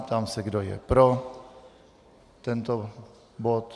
Ptám se, kdo je pro tento bod.